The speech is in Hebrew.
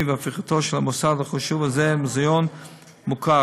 והפיכתו של המוסד החשוב הזה למוזיאון מוכר.